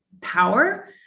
power